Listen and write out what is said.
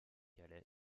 calais